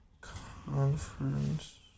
Conference